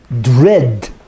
dread